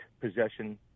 possession